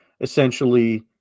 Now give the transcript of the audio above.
essentially